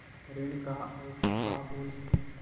ऋण का अउ का बोल थे?